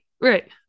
right